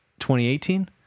2018